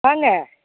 வாங்க